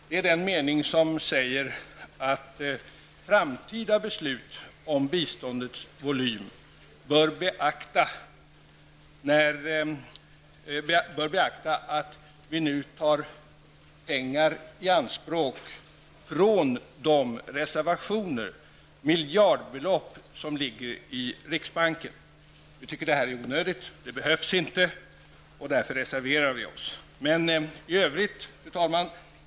Det är den mening som säger att vid framtida beslut om biståndets volym bör beaktas att vi nu tar pengar i anspråk från de reservationer -- miljardbelopp -- som ligger i riksbanken. Vi tycker att detta är onödigt. Det behövs inte, och därför reserverar vi oss. Fru talman!